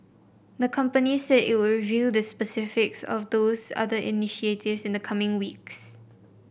the company said it would reveal the specifics of those other initiatives in the coming weeks